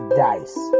dice